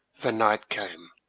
the night came.